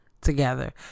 together